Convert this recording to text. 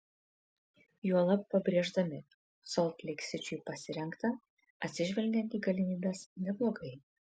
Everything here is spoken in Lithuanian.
juolab pabrėždami solt leik sičiui pasirengta atsižvelgiant į galimybes neblogai